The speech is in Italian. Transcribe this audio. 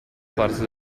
parte